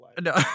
no